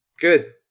Good